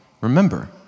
remember